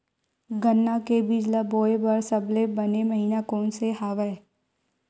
गन्ना के बीज ल बोय बर सबले बने महिना कोन से हवय?